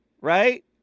Right